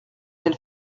elle